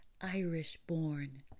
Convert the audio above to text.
Irish-born